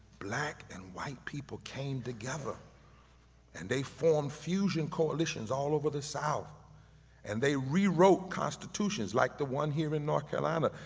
black and white people came together and they formed fusion coalitions all over the south and they rewrote constitutions like the one here in north carolina.